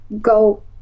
go